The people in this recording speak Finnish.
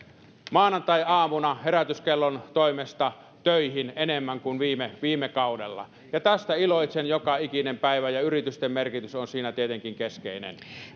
maanantaiaamuna herätyskellon toimesta töihin enemmän kuin viime viime kaudella tästä iloitsen joka ikinen päivä ja yritysten merkitys on siinä tietenkin keskeinen